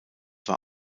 war